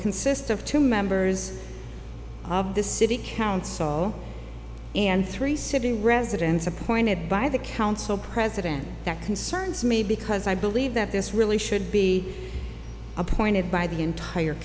consist of two members of the city council and three city residents appointed by the council president that concerns me because i believe that this really should be appointed by the entire